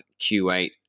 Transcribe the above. Q8